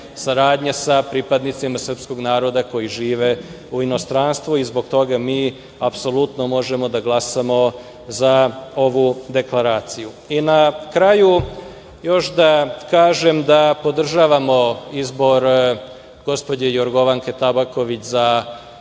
sa pripadnicima srpskog naroda koji žive u inostranstvu. Zbog toga mi možemo da glasamo za ovu deklaraciju. Na kraju, još da kažem da podržavamo izbor gospođe Jorgovanke Tabaković za